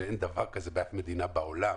שאין דבר כזה באף מדינה בעולם.